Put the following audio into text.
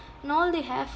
and all they have